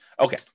Okay